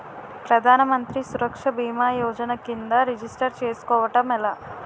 ప్రధాన మంత్రి సురక్ష భీమా యోజన కిందా రిజిస్టర్ చేసుకోవటం ఎలా?